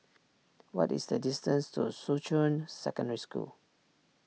what is the distance to Shuqun Secondary School